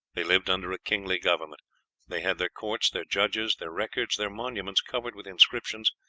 they lived under a kingly government they had their courts, their judges, their records, their monuments covered with inscriptions,